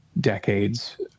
decades